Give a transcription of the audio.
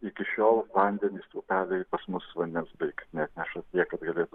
iki šiol vandenys upeliai pas mus vandens beveik neatneša tiek kad galėtų